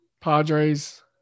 Padres